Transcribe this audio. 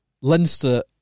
Leinster